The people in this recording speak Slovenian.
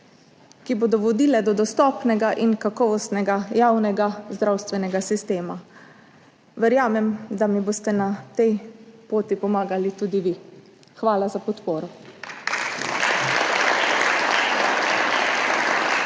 ki bodo vodile do dostopnega in kakovostnega javnega zdravstvenega sistema. Verjamem, da mi boste na tej poti pomagali tudi vi. Hvala za podporo.